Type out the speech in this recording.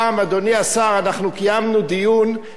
קיימנו דיון של חמש שעות,